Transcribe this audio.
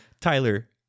Tyler